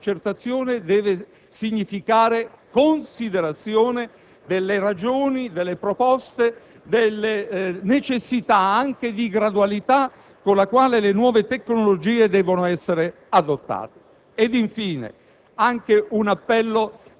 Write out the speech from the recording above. ma sappiamo anche che essa deve significare considerazione delle ragioni, delle proposte e delle necessità, anche di gradualità, con le quali le nuove tecnologie debbono essere adottate.